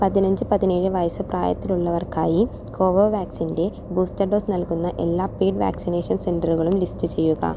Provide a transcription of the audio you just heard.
പതിനഞ്ച് പതിനേഴ് വയസ്സ് പ്രായത്തിലുള്ളവർക്കായി കോവോ വാക്സിൻ്റെ ബൂസ്റ്റർ ഡോസ് നൽകുന്ന എല്ലാ പെയ്ഡ് വാക്സിനേഷൻ സെൻ്ററുകളും ലിസ്റ്റ് ചെയ്യുക